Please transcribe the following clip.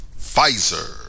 Pfizer